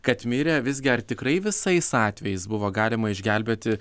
kad mirė visgi ar tikrai visais atvejais buvo galima išgelbėti